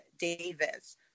Davis